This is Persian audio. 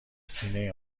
سینه